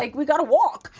like we got to walk.